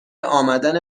امدن